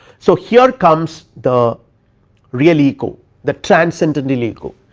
so, here comes the real ego the transcendental ego,